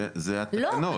אלה התקנות.